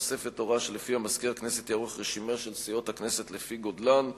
מתווספת הוראה שלפיה מזכיר הכנסת יערוך רשימה של סיעות הכנסת לפי גודלן,